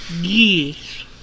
Yes